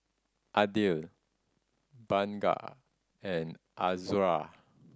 Aidil Bunga and Azura